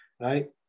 right